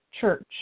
church